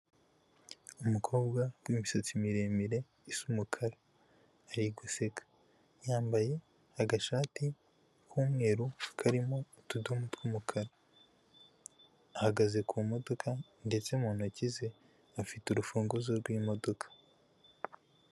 Umukobwa w'imisatsi miremire isa umukara, ari guseka yambaye agashati k'umweru karimo utudomo tw'umukara, ahagaze ku modoka ndetse mu ntoki ze afite urufunguzo rw'imodoka.